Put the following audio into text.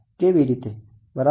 કેવી રીતે બરાબર